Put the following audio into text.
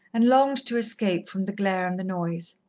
and longed to escape from the glare and the noise.